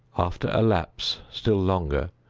after a lapse still longer,